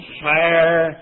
fire